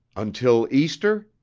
until easter?